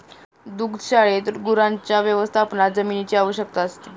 दुग्धशाळेत गुरांच्या व्यवस्थापनात जमिनीची आवश्यकता असते